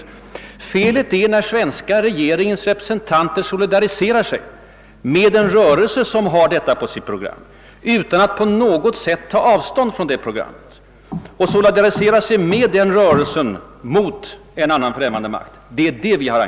Vad som är fel det är att den svenska regeringens representanter solidariserar sig med en rörelse, som har dessa punkter på sitt program, utan att på något sätt ta avstånd från dem, och samtidigt tar ställning mot Förenta staterna. Det är detta handlingssätt som vi har an